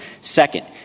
Second